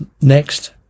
Next